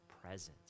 presence